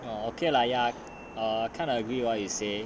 oh okay lah ya err kinda agree on what you say